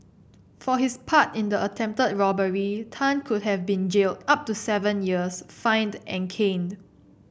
for his part in the attempted robbery Tan could have been jailed up to seven years fined and caned